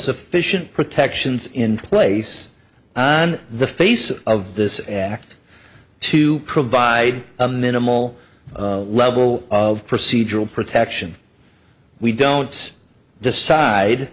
sufficient protections in place on the face of this act to provide a minimal level of procedural protection we don't decide